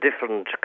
different